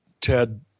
Ted